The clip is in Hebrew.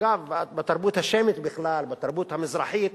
אגב, בתרבות השמית בכלל, בתרבות המזרחית,